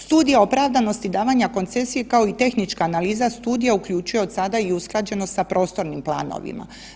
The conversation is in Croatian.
Studija opravdanosti davanja koncesije kao i tehnička analiza studija uključuje od sada i usklađenost sa prostornim planovima.